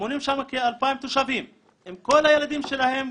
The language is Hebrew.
מונים שם כ-2,000 תושבים עם כל הילדים שלהם.